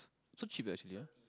so cheap eh actually ah